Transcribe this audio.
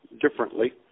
differently